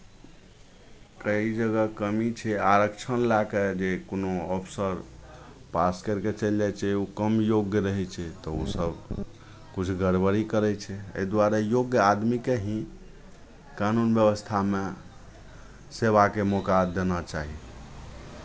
कई जगह कमी छै आरक्षण लए कऽ जे कोनो अफसर पास करि कऽ चलि जाइ छै ओ कम योग्य रहै छै तऽ ओसभ किछु गड़बड़े करै छै एहि दुआरे योग्य आदमीकेँ ही कानून व्यवस्थामे सेवाके मौका देना चाही